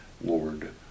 Lord